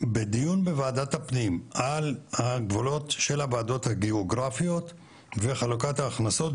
בדיון בוועדת הפנים על הגבולות של הוועדות הגאוגרפיות וחלוקת ההכנסות,